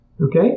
Okay